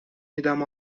میدم